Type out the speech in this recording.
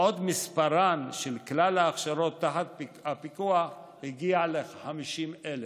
בעוד מספרן של כלל ההכשרות תחת הפיקוח הגיע ל-50,000.